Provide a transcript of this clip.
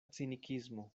cinikismo